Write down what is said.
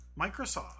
Microsoft